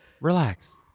Relax